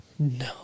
No